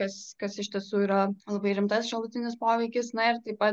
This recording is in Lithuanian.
kas kas iš tiesų yra labai rimtas šalutinis poveikis na ir taip pat